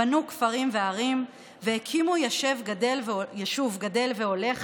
בנו כפרים וערים, והקימו יישוב גדל והולך